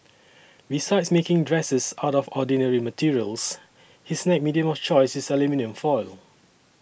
besides making dresses out of ordinary materials his next medium of choice is aluminium foil